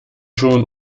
schon